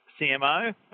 CMO